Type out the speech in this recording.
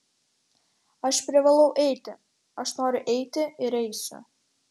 aš privalau eiti aš noriu eiti ir eisiu